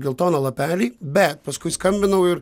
geltoną lapelį bet paskui skambinau ir